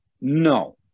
No